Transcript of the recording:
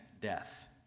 death